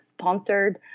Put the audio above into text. sponsored